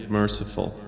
merciful